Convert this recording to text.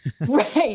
Right